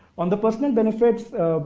on the personal benefits,